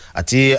ati